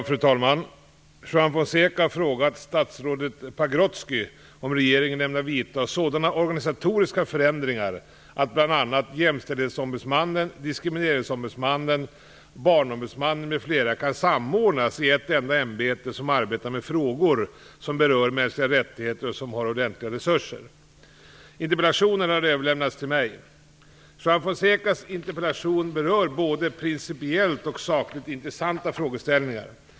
Fru talman! Juan Fonseca har frågat statsrådet Pagrotsky om regeringen ämnar vidta sådana organisatoriska förändringar att bl.a. Jämställdhetsombudsmannen, Diskrimineringsombudsmannen och Barnombudsmannen kan samordnas i ett enda ämbete som arbetar med frågor som berör mänskliga rättigheter och som har ordentliga resurser. Interpellationen har överlämnats till mig. Juan Fonsecas interpellation berör både principiellt och sakligt intressanta frågeställningar.